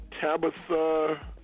Tabitha